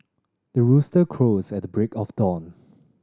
the rooster crows at the break of dawn